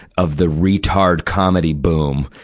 of the retard comedy boom.